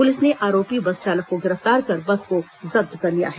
police ने आरोपी bus चालक को गिरफ्तार कर बस को जब्त कर लिया है